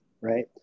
right